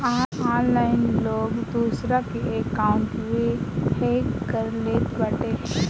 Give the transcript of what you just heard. online लोग दूसरा के अकाउंटवे हैक कर लेत बाटे